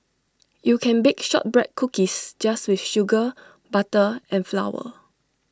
you can bake Shortbread Cookies just with sugar butter and flour